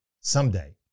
Someday